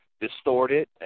distorted